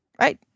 right